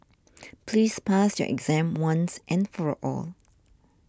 please pass your exam once and for all